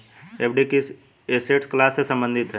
FD किस asset class से संबंधित है?